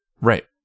right